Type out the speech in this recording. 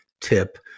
tip